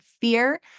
fear